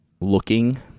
looking